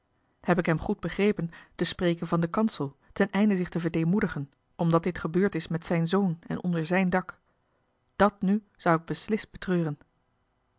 heb ik hem goed begrepen te spreken van den kansel ten einde zich te verdeemoedigen omdat dit gebeurd is met zijn zoon en onder zijn dak dat nu zou ik beslist betreuren